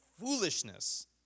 foolishness